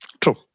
True